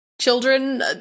children